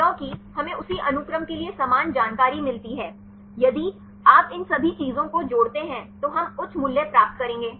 क्योंकि हमें उसी अनुक्रम के लिए समान जानकारी मिलती है यदि आप इन सभी चीजों को जोड़ते हैं तो हम उच्च मूल्य प्राप्त करेंगे